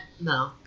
no